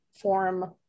form